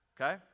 Okay